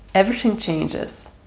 everything changes.